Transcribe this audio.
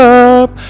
up